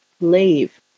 leave